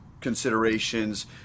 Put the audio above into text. considerations